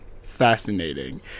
fascinating